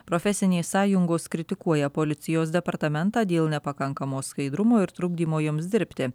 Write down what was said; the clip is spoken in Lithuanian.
profesinės sąjungos kritikuoja policijos departamentą dėl nepakankamo skaidrumo ir trukdymo joms dirbti